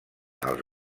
als